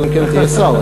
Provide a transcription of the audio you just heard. אלא אם כן תהיה שר,